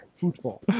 football